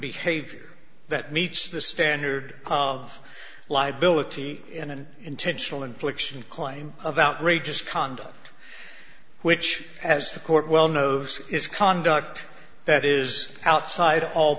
behavior that meets the standard of liability in an intentional infliction claim of outrageous conduct which as the court well knows is conduct that is outside